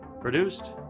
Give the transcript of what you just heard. Produced